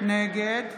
נגד